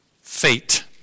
fate